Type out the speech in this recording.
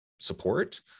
support